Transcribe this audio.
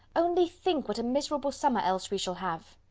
only think what a miserable summer else we shall have!